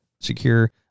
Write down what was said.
secure